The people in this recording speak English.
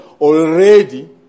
already